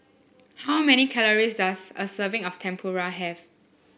how many calories does a serving of Tempura have